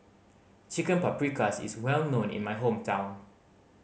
Chicken Paprikas is well known in my hometown